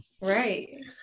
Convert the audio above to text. Right